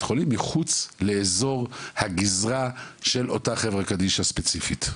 חולים מחוץ לאזור הגזרה של אותה חברה קדישא ספציפית.